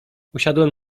usiadłem